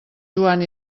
joan